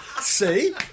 See